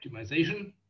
optimization